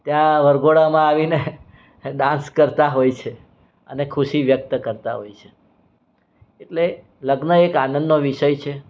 ત્યાં વરઘોડામા આવીને ડાન્સ કરતાં હોય છે અને ખુશી વ્યક્ત કરતાં હોય છે એટલે લગ્ન એક આનંદનો વિષય છે